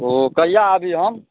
ओ कहिआ आबी हम